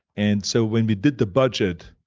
and so when we did the budget,